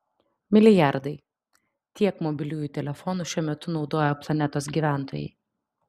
milijardai tiek mobiliųjų telefonų šiuo metu naudoja planetos gyventojai